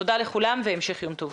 תודה לכולם והמשך יום טוב.